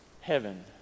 heaven